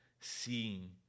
seeing